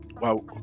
Wow